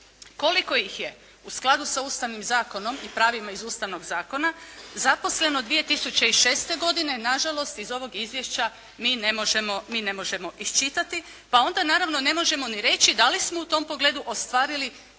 Koliko ih je u skladu sa Ustavnim zakonom i pravima iz Ustavnog zakona zaposleno 2006. godine nažalost iz ovog izvješća mi ne možemo, mi ne možemo iščitati pa onda naravno ne možemo ni reći da li smo u tom pogledu ostvarili